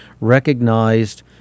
recognized